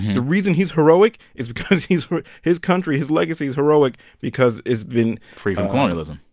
the reason he's heroic is because he's his country, his legacy is heroic because it's been. free from colonialism.